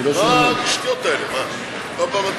אני לא שומע.